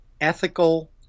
ethical